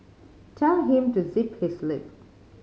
tell him to zip his lip